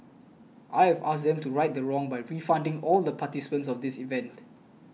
I have asked them to right the wrong by refunding all the participants of this event